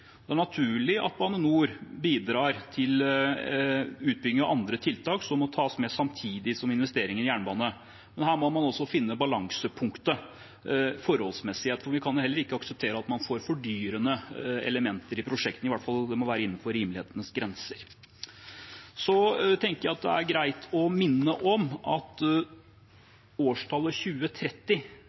Det er naturlig at Bane NOR bidrar til utbygging av andre tiltak som må tas med samtidig som investeringer i jernbane, men her må man altså finne balansepunktet, en forholdsmessighet, for vi kan heller ikke akseptere at man får fordyrende elementer i prosjektene. Det må i hvert fall være innenfor rimelighetens grenser. Så tenker jeg at det er greit å minne om at årstallet 2030